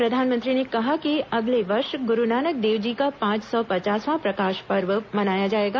प्रधानमंत्री ने कहा कि अगले वर्ष गुरुनानक देव जी का पांच सौ पचासवां प्रकाश पर्व मनाया जाएगा